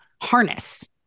harness